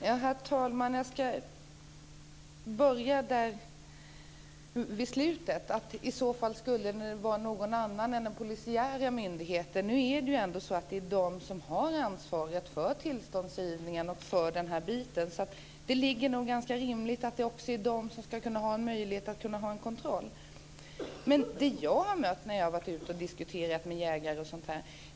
Herr talman! Jag börjar med det sista: att detta i så fall skulle göras av någon annan än den polisiära myndigheten. Nu är det ändå polisen som har ansvaret för tillståndsgivningen och för den här biten, så det är nog ganska rimligt att det också är polisen som ska ha en möjlighet att utföra kontroll. Jag har också varit ute och diskuterat detta med jägare osv.